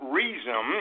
reason